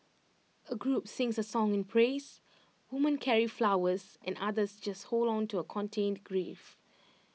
A group sings A song in praise women carry flowers and others just hold on to A contained grief